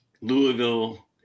Louisville